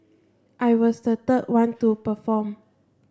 I was the third one to perform